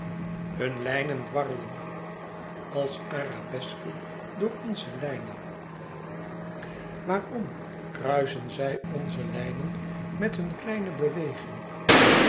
hun lijnen dwarrelen als arabesken door onze lijnen waarom kruisen zij onze lijnen met hun kleine beweging